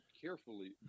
carefully